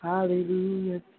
Hallelujah